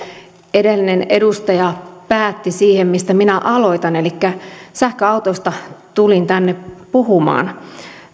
edellinen edustaja päätti siihen mistä minä aloitan elikkä sähköautoista tulin tänne puhumaan